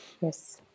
Yes